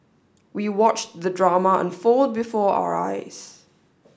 we watched the drama unfold before our eyes